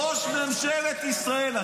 ראש ממשלת ישראל.